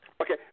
Okay